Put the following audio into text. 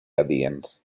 adients